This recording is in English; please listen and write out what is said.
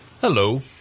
Hello